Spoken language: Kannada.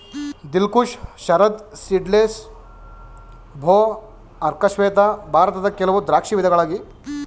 ದಿಲ್ ಖುಷ್, ಶರದ್ ಸೀಡ್ಲೆಸ್, ಭೋ, ಅರ್ಕ ಶ್ವೇತ ಭಾರತದ ಕೆಲವು ದ್ರಾಕ್ಷಿ ವಿಧಗಳಾಗಿ